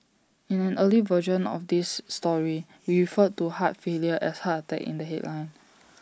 in an earlier version of this story we referred to heart failure as heart attack in the headline